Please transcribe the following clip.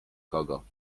kogo